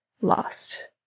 lost